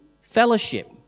fellowship